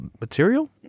material